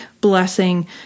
blessing